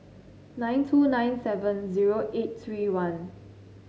nine two nine seven zero eight three one